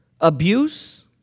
abuse